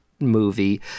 movie